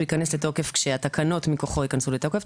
ייכנס לתוקף כשהתקנות מכוחו יכנסו לתוקף,